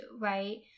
right